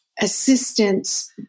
assistance